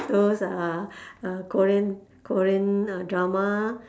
those uh korean korean drama